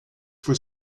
for